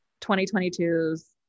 2022's